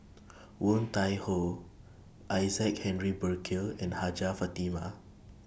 Woon Tai Ho Isaac Henry Burkill and Hajjah Fatimah